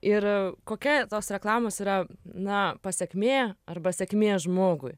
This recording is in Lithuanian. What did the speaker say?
ir kokia tos reklamos yra na pasekmė arba sėkmė žmogui